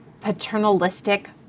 paternalistic